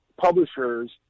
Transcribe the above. publishers